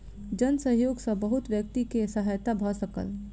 जन सहयोग सॅ बहुत व्यक्ति के सहायता भ सकल